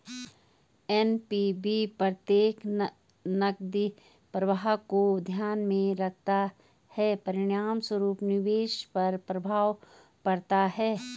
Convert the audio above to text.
NPV प्रत्येक नकदी प्रवाह को ध्यान में रखता है, परिणामस्वरूप निवेश पर प्रभाव पड़ता है